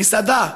במסעדה,